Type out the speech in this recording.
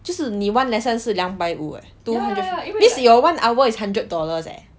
就是你 one lesson 是两百五 eh two hundred fifty means your one hour is hundred dollars eh